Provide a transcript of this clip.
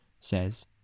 says